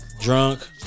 Drunk